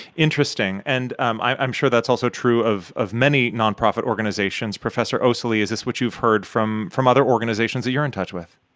interesting. and i'm i'm sure that's also true of of many nonprofit organizations. professor osili, is this what you've heard from from other organizations that you're in touch with?